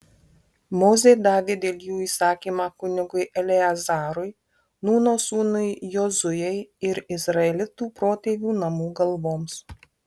mozė davė dėl jų įsakymą kunigui eleazarui nūno sūnui jozuei ir izraelitų protėvių namų galvoms